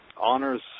honors